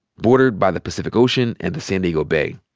bordered by the pacific ocean and the san diego bay.